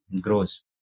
grows